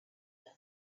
them